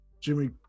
Jimmy